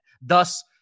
Thus